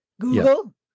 Google